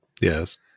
Yes